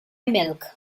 milk